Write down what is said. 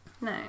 no